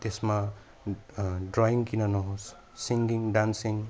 त्यसमा ड्रइङ किन नहोस् सिङगिङ डान्सिङ